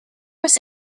was